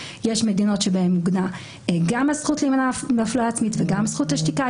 יש מדינות בהן עוגנה גם הזכות להפללה עצמית וגם זכות השתיקה,